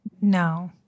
No